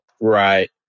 Right